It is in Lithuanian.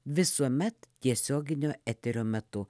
visuomet tiesioginio eterio metu